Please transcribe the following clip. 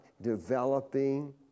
developing